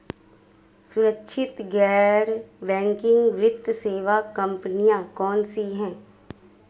सुरक्षित गैर बैंकिंग वित्त सेवा कंपनियां कौनसी हैं?